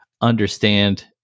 understand